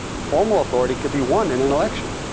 formal authority could be won in an election.